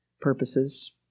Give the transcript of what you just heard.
purposes